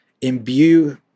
imbue